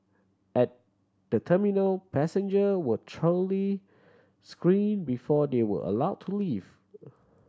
at the terminal passenger were screen before they were allow to leave